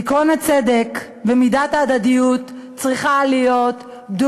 עקרון הצדק, במידת ההדדיות, צריך להיות דו-כיווני.